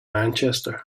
manchester